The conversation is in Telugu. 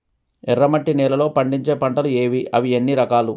ఎర్రమట్టి నేలలో పండించే పంటలు ఏవి? అవి ఎన్ని రకాలు?